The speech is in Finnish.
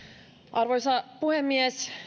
arvoisa puhemies